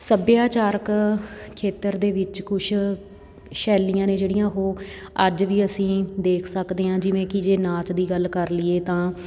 ਸੱਭਿਆਚਾਰਕ ਖੇਤਰ ਦੇ ਵਿੱਚ ਕੁਛ ਸ਼ੈਲੀਆਂ ਨੇ ਜਿਹੜੀਆਂ ਉਹ ਅੱਜ ਵੀ ਅਸੀਂ ਦੇਖ ਸਕਦੇ ਹਾਂ ਜਿਵੇਂ ਕਿ ਜੇ ਨਾਚ ਦੀ ਗੱਲ ਕਰ ਲਈਏ ਤਾਂ